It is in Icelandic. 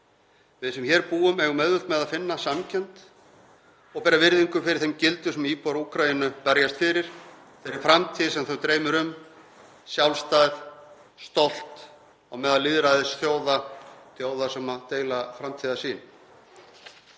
Við sem hér búum eigum auðvelt með að finna samkennd og bera virðingu fyrir þeim gildum sem íbúar Úkraínu berjast fyrir, þeirri framtíð sem þau dreymir um, sjálfstæð, stolt á meðal lýðræðisþjóða, þjóða sem deila framtíðarsýn.